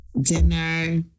dinner